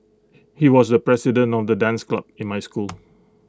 he was the president of the dance club in my school